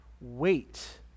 wait